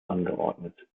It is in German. angeordnet